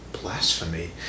blasphemy